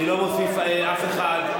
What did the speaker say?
אני לא מוסיף אף אחד.